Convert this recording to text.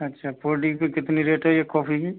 अच्छा फोल्डिंग पर कितनी रेट है एक कॉपी की